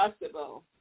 possible